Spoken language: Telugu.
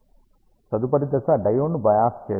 తదుపరి దశ డయోడ్ను బయాస్ చేయడం